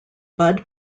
bud